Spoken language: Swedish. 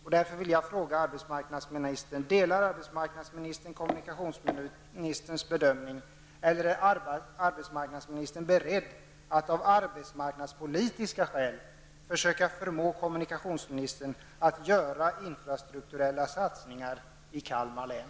Jag vill därför fråga arbetsmarknadsministern: Delar arbetsmarknadsministern kommunikationsministerns bedömning, eller är arbetsmarknadsministern beredd att, av arbetsmarknadspolitiska skäl, försöka förmå kommunikationsministern att göra infrastrukturella satsningar i Kalmar län?